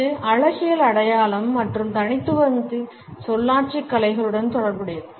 இது அழகியல் அடையாளம் மற்றும் தனித்துவத்தின் சொல்லாட்சிக் கலைகளுடன் தொடர்புடையது